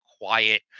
quiet